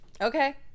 Okay